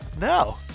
No